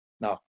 now